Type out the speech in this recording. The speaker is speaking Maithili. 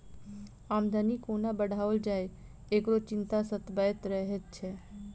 आमदनी कोना बढ़ाओल जाय, एकरो चिंता सतबैत रहैत छै